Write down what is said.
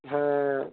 হ্যাঁ